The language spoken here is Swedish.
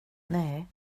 nej